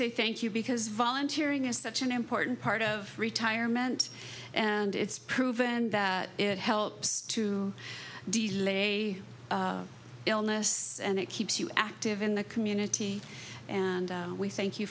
say thank you because volunteering is such an important part of retirement and it's proven that it helps to delay illness and it keeps you active in the community and we thank you